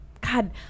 God